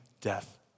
death